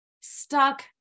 stuck